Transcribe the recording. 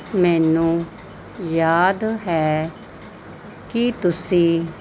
ਮੈਨੂੰ ਯਾਦ ਹੈ ਕਿ ਤੁਸੀਂ